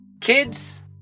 kids